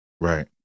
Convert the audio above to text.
Right